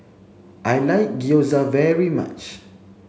I like Gyoza very much